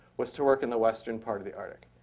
was to work in the western part of the arctic.